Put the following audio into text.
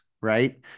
right